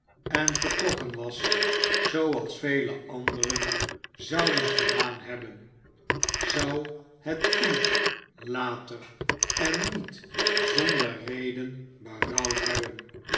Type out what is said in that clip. en vertrokken was zooals vele anderen zouden gedaan hebben zou het u later en niet zonder reden berouwd hebben